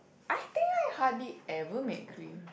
I think I hardly ever make cream